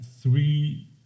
three